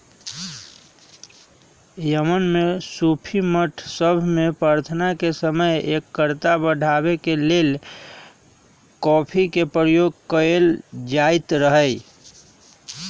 Yemen में सूफी मठ सभ में प्रार्थना के समय एकाग्रता बढ़ाबे के लेल कॉफी के प्रयोग कएल जाइत रहै